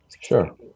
Sure